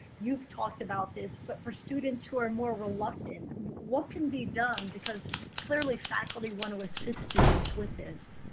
you've talked about this. but for students who are more reluctant, what can be done? because clearly faculty want to assist students with this.